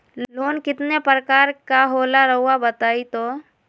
Loan कितने पारकर के होला रऊआ बताई तो?